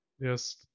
Yes